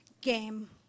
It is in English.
game